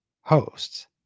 hosts